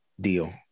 deal